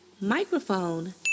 microphone